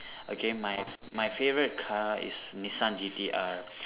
okay my my favourite car is Nissan G_T_R